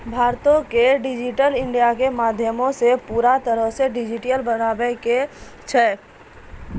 भारतो के digital India के माध्यमो से पूरा तरहो से डिजिटल बनाबै के छै